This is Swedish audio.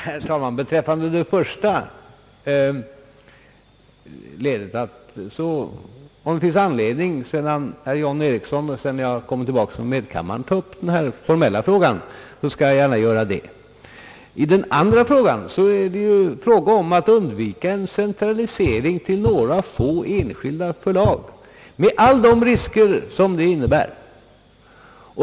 Herr talman! Beträffande det första ledet i herr Axel Anderssons anförande vill jag säga, att om det finns anledning att, sedan herr John Ericsson talat och jag har kommit tillbaka från medkammaren, ta upp denna formella fråga, så skall jag gärna göra det. Det andra problemet är att undvika en centralisering till några få enskilda förlag med alla de risker som en sådan innebär.